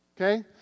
okay